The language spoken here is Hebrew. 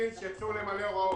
שייצאו למלא הוראות.